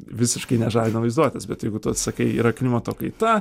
visiškai nežadina vaizduotės bet jeigu tu vat sakai yra klimato kaita